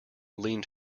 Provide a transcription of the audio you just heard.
leaned